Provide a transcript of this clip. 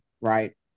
right